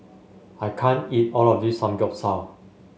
I can't eat all of this Samgyeopsal